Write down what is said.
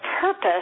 purpose –